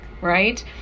right